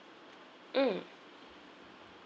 mm